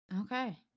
Okay